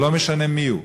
ולא משנה מי הם.